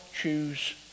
choose